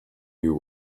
you